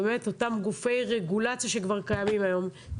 אותם גופי רגולציה שכבר קיימים היום,